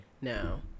now